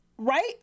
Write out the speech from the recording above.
Right